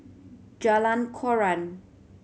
Jalan Koran